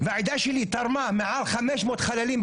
והעדה שלי תרמה מעל 500 חללים,